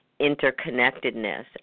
interconnectedness